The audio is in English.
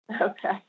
Okay